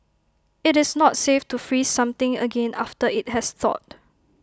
IT is not safe to freeze something again after IT has thawed